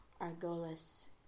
Argolis